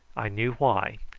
i knew why,